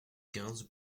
quinze